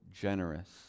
generous